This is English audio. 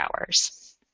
hours